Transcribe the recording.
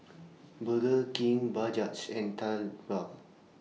Burger King Bajaj and TheBalm